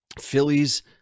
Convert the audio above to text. Phillies